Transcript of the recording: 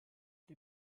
der